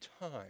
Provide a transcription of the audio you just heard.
time